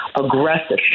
aggressive